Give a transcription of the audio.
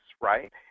right